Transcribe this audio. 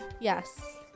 Yes